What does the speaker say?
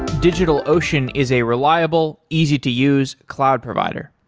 digitalocean is a reliable, easy to use cloud provider.